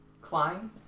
Klein